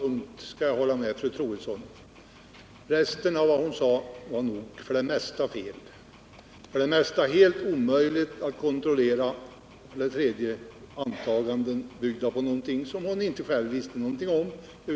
Herr talman! På en enda punkt skall jag hålla med fru Troedsson. Resten av vad hon sade var så gott som helt felaktigt, helt omöjligt att kontrollera och byggt på antaganden om förhållanden som fru Troedsson inte själv visste någonting om.